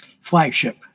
flagship